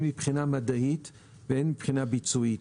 הן מבחינה מדעית והן מבחינה ביצועית.